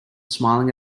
smiling